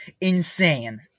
Insane